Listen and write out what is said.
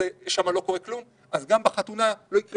שם לא קורה כלום אז גם בחתונה לא יקרה